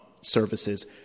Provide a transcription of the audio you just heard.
services